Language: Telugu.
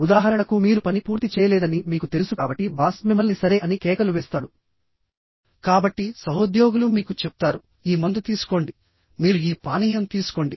ఉదాహరణకు మీరు పని పూర్తి చేయలేదని మీకు తెలుసు కాబట్టి బాస్ మిమ్మల్ని సరే అని కేకలు వేస్తాడు కాబట్టి సహోద్యోగులు మీకు చెప్తారు ఈ మందు తీసుకోండి మీరు ఈ పానీయం తీసుకోండి